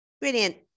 Brilliant